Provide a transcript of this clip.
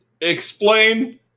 explain